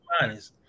minus